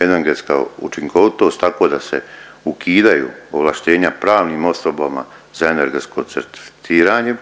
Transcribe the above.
energetska učinkovitost tako da se ukidaju ovlaštenja pravnim osobama za energetsko certificiranje,